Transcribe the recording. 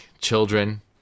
children